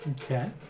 Okay